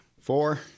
Four